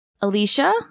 Alicia